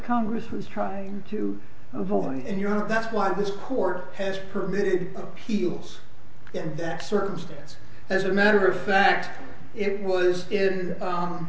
congress was trying to avoid and you know that's why this court has permitted appeals in that circumstance as a matter of fact it was